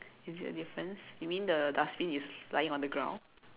is it a difference you mean the dustbin is lying on the ground